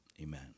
Amen